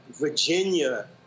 Virginia